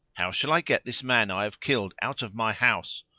how shall i get this man i have killed out of my house?